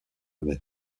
mai